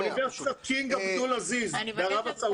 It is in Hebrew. אוניברסיטת קינג עבדול עזיז בערב הסעודית.